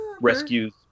rescues